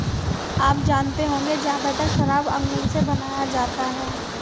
आप जानते होंगे ज़्यादातर शराब अंगूर से बनाया जाता है